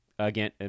Again